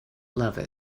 love